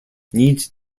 need